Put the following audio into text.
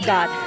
God